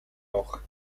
hoja